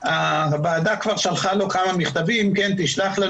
הוועדה כבר שלחה לו כמה מכתבים: תשלח לנו